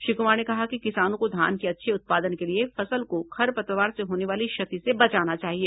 श्री क्मार ने कहा कि किसानों को धान के अच्छे उत्पादन के लिए फसल को खरपतवार से होने वाली क्षति से बचाना चाहिए